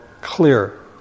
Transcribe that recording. clear